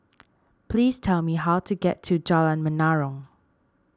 please tell me how to get to Jalan Menarong